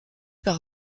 par